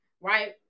right